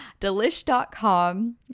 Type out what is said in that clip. Delish.com